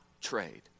trade